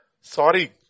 Sorry